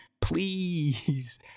please